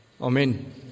Amen